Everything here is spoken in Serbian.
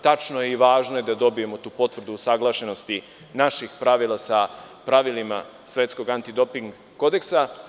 Tačno je i važno da dobijemo tu potvrdu usaglašenosti naših pravila sa pravilima Svetskog antidoping kodeksa.